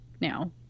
now